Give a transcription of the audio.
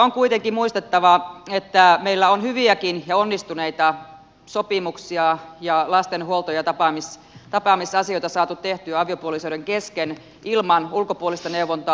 on kuitenkin muistettava että meillä on saatu tehtyä hyviäkin ja onnistuneita sopimuksia lasten huolto ja tapaamisasioista aviopuolisoiden kesken ilman ulkopuolista neuvontaa